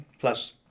plus